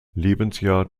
lebensjahr